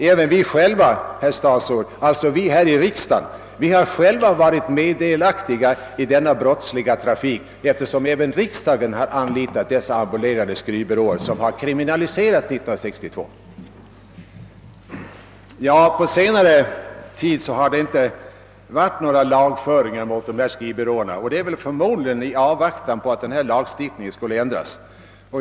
Även vi här i riksdagen, herr statsråd, har varit delaktiga i denna brottsliga trafik, eftersom riksdagen har anlitat en av de ambulerande skrivbyråer som kriminaliserades 1962. På senare tid har det inte förekommit någon lagföring av innehavarna av skrivbyråerna — förmodligen i avvaktan på att lagstiftningen skulle ändras.